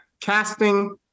casting